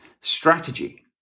strategy